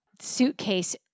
suitcase